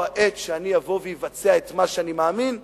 העת שאני אבוא ואבצע את מה שאני מאמין בו.